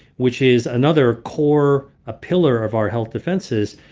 which is another core. a pillar of our health defenses.